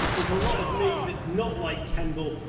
there's a lot of me that's not like kendall,